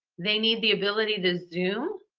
they need the ability to zoom.